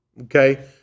Okay